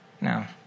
Now